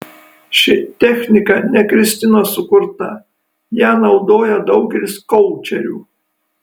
ši technika ne kristinos sukruta ją naudoja daugelis koučerių